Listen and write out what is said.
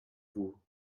vous